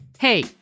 Hey